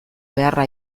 beharra